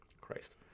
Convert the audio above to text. Christ